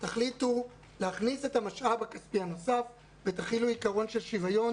תחליטו להכניס את המשאב הכספי הנוסף ותחילו עיקרון של שוויון,